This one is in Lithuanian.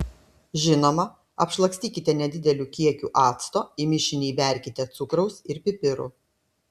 žinoma apšlakstykite nedideliu kiekiu acto į mišinį įberkite cukraus ir pipirų